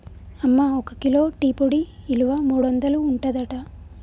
అమ్మ ఒక kilo tea పొడి ఇలువ మూడొందలు ఉంటదట